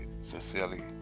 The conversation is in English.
sincerely